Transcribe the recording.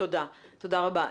תודה רבה.